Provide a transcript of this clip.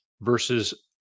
versus